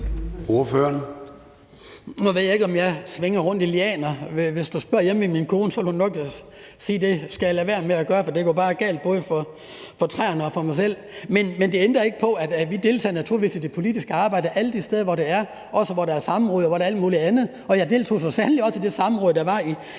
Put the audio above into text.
Nu ved jeg ikke, om jeg svinger rundt i lianer. Hvis du spørger hjemme ved min kone, vil hun nok sige, at det skal jeg lade være med, for det går bare galt – både for træerne og for mig selv. Men det ændrer ikke på, at vi naturligvis deltager i det politiske arbejde alle de steder, hvor det er, også hvor der er samråd og alt muligt andet. Og jeg deltog så sandelig også i det samråd, der var i